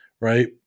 right